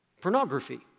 Pornography